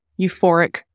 euphoric